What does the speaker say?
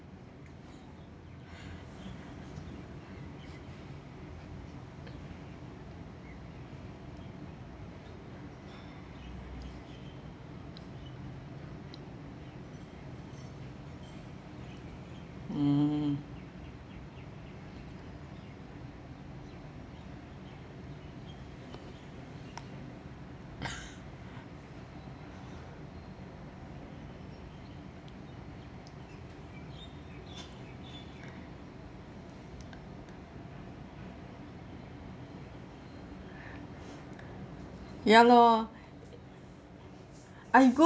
mm ya lor I